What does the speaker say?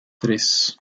tres